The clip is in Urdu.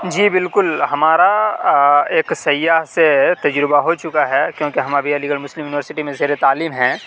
جی بالکل ہمارا ایک سیاح سے تجربہ ہو چکا ہے کیوں کہ ہم ابھی علی گڑھ مسلم یونیورسٹی میں زیر تعلیم ہیں